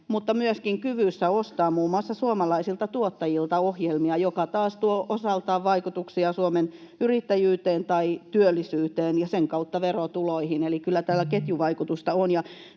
mutta myöskin muun muassa kyvyssä ostaa suomalaisilta tuottajilta ohjelmia, mikä taas tuo osaltaan vaikutuksia Suomen yrittäjyyteen ja työllisyyteen ja sen kautta verotuloihin. Eli kyllä tällä ketjuvaikutusta on.